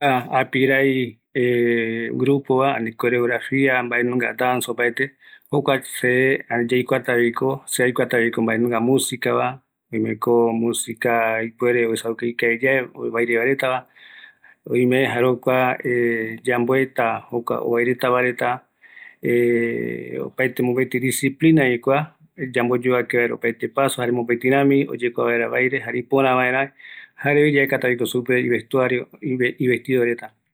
Kua apirai, öëkavi, jare guiropo vaera möpëtirämi, jaeko yamboeta, yaikatutavi kua apirairegua, ɨpora vaera oyeesa, jare oipota vaera omäe jevareta, yerovia rupi